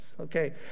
Okay